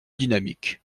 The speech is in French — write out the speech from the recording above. dynamique